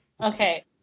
Okay